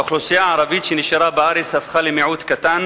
האוכלוסייה הערבית שנשארה בארץ הפכה למיעוט קטן